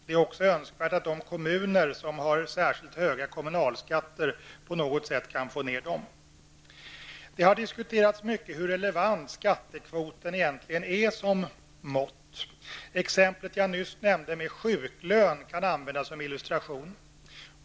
Det är också önskvärt att de kommuner som har särskilt höga kommunalskatter kan få ner dem på något sätt. Det har diskuterats mycket hur relevant skattekvoten egentligen är som mått. Exemplet jag nyss nämnde med sjuklön kan användas som illustration.